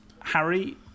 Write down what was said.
harry